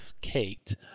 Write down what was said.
Kate